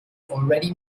already